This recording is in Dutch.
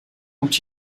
moet